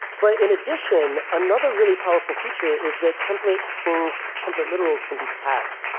but in addition, another really powerful feature is that template strings, template literals, can be tagged.